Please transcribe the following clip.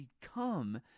become